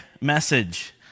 message